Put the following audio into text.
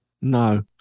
No